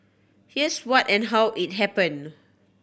here's what and how it happened